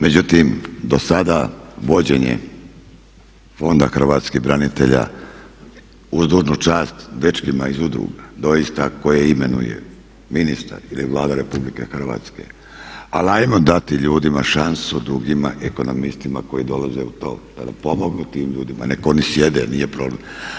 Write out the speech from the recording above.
Međutim, do sada vođenje Fonda hrvatskih branitelja uz dužnu čast dečkima iz udruga doista koje imenuje ministar ili Vlada RH, ali ali ajmo dati ljudima šansu drugima, ekonomistima koji dolaze u to da pomognu tim ljudima, nek' oni sjede nije problem.